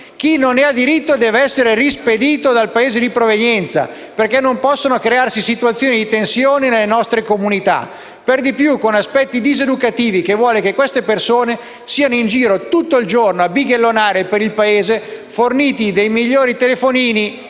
Chi non ne ha diritto, deve essere rispedito al Paese di provenienza, perché non possono crearsi situazioni di tensione nelle nostre comunità, per di più con aspetti diseducativi, visto che queste persone sono in giro tutto il giorno a bighellonare, forniti dei migliori telefonini,